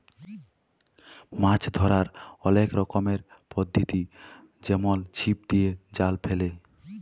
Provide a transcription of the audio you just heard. মাছ ধ্যরার অলেক রকমের পদ্ধতি যেমল ছিপ দিয়ে, জাল ফেলে